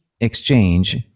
Exchange